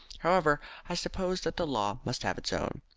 however, i suppose that the law must have its own.